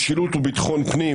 משילות וביטחון פנים